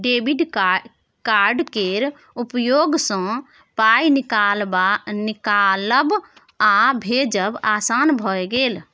debit card केर उपयोगसँ पाय निकालब आ भेजब आसान भए गेल